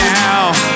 now